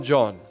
John